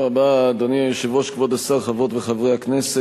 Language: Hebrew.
98), התשע"ב 2012, ביוזמתו של חבר הכנסת